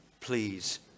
please